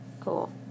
cool